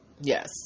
yes